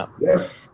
Yes